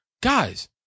Guys